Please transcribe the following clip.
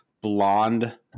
blonde